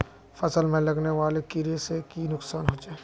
फसल में लगने वाले कीड़े से की नुकसान होचे?